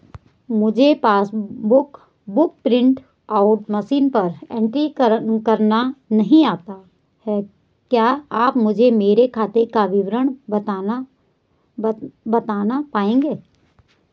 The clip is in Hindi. मुझे passbook book print out machine पर एंट्री करना नहीं आता है क्या आप मुझे मेरे खाते का विवरण बताना पाएंगे?